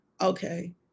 okay